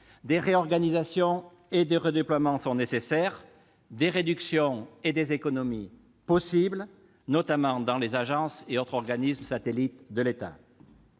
des réorganisations et des redéploiements sont nécessaires, même si des réductions d'effectifs et des économies sont possibles, notamment dans les agences et autres organismes satellites de l'État,